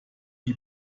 die